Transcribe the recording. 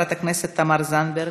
חברת הכנסת תמר זנדברג,